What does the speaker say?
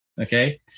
Okay